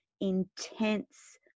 intense